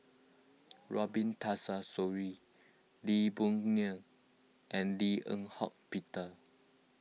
Robin Tessensohn Lee Boon Ngan and Lim Eng Hock Peter